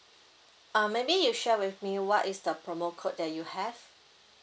uh maybe you share with me what is the promo code that you have